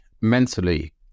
mentally